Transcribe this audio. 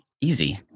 easy